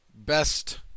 best